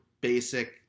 basic